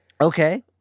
Okay